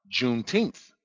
juneteenth